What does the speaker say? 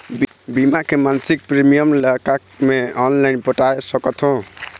बीमा के मासिक प्रीमियम ला का मैं ऑनलाइन पटाए सकत हो?